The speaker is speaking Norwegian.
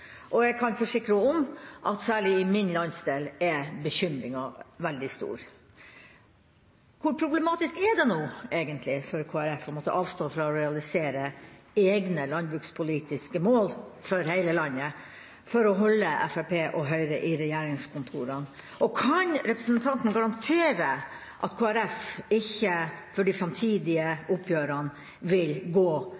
og jeg kan forsikre om at særlig i min landsdel er bekymringa veldig stor. Hvor problematisk er det nå for Kristelig Folkeparti å måtte avstå fra å realisere egne landbrukspolitiske mål for hele landet for å holde Fremskrittspartiet og Høyre i regjeringskontorene? Kan representanten garantere at Kristelig Folkeparti for de framtidige